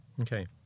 Okay